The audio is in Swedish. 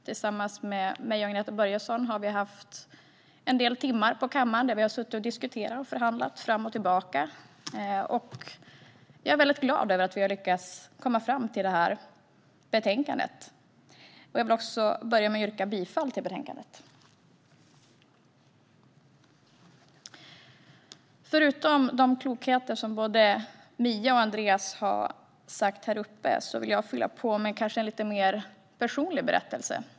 Jag och Agneta Börjesson har tillbringat ett antal timmar på kammaren med dem, och tillsammans har vi suttit och diskuterat och förhandlat fram och tillbaka. Jag är väldigt glad över att vi har lyckats komma fram till detta betänkande, och jag vill också yrka bifall till förslagen i betänkandet. Efter de klokheter som Mia Sydow Mölleby och Andreas Norlén har sagt här i talarstolen vill jag fylla på med en lite mer personlig berättelse.